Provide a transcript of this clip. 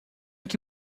que